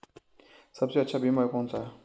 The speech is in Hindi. सबसे अच्छा बीमा कौनसा है?